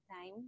time